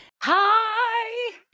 Hi